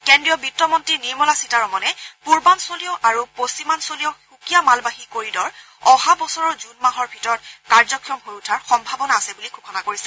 কেন্দ্ৰীয় বিত্তমন্তী নিৰ্মলা সীতাৰমণে পুৰ্বাঞ্চলীয় আৰু পশ্চিমাঞ্চলীয় সুকীয়া মালবাহী কৰিডৰ অহা বছৰৰ জূন মাহৰ ভিতৰত কাৰ্যক্ষম হৈ উঠাৰ সম্ভাৱনা আছে বুলি ঘোষণা কৰিছে